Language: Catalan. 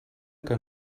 que